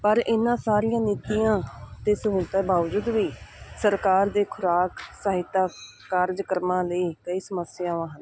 ਪਰ ਇਹਨਾਂ ਸਾਰੀਆਂ ਨੀਤੀਆਂ ਅਤੇ ਸਹੂਲਤਾਂ ਬਾਵਜੂਦ ਵੀ ਸਰਕਾਰ ਦੇ ਖੁਰਾਕ ਸਹਾਇਤਾ ਕਾਰਜ ਕਰਮਾਂ ਲਈ ਕਈ ਸਮੱਸਿਆਵਾਂ ਹਨ